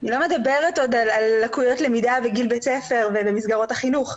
אני לא מדברת עוד על לקויות למידה בגיל בית ספר ובמסגרות החינוך,